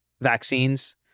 vaccines